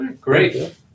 Great